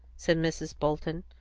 said mrs. bolton,